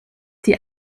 die